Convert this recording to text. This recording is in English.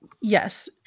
Yes